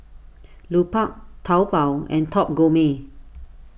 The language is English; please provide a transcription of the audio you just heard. Lupark Taobao and Top Gourmet